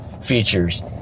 features